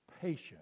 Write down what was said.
patience